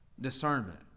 discernment